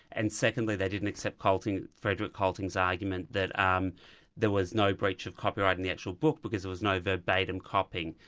and secondly they didn't accept frederik colting's argument that um there was no breach of copyright in the actual book because there was no verbatim copying.